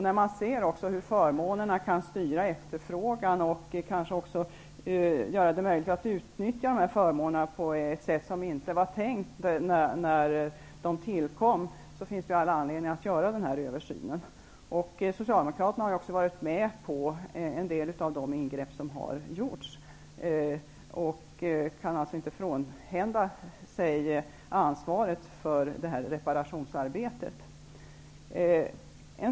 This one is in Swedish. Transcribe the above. När man ser hur förmånerna kan styra efterfrågan och kanske också göra det möjligt att utnyttja förmånerna på ett sätt som inte var tänkt när de tillkom, finns det all anledning att göra den här översynen. Socialdemokraterna har ju också varit med om en del av de ingrepp som har gjorts. De kan alltså inte frånhända sig ansvaret för detta reparationsarbete.